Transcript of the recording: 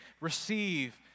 receive